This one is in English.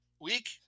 week